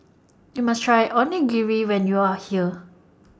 YOU must Try Onigiri when YOU Are here